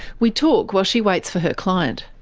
we talk while she waits for her client.